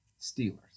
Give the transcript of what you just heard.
Steelers